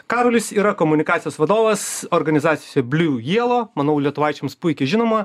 karolis yra komunikacijos vadovas organizacijoj bliu jelo manau lietuvaičiams puikiai žinoma